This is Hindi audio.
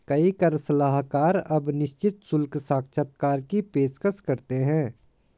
कई कर सलाहकार अब निश्चित शुल्क साक्षात्कार की पेशकश करते हैं